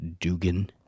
Dugan